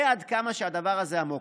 עד כדי כך הדבר הזה עמוק.